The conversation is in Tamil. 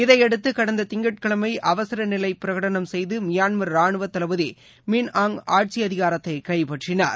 இதையடுத்து கடந்த திங்கட்கிழமை அவசர நிலையில் பிரகடனம் செய்து மியான்மர் ராணுவ தளபதி மின் ஆங் ஆட்சி அதிகாரத்தை கைப்பற்றினார்